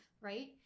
right